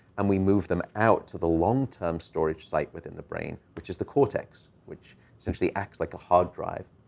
and we move them out to the long-term storage site within the brain, which is the cortex, which essentially acts like a hard drive.